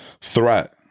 threat